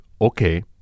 okay